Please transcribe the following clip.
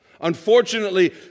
Unfortunately